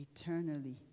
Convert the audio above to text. eternally